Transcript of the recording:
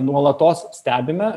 nuolatos stebime